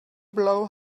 blow